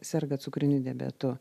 serga cukriniu diabetu